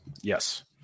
Yes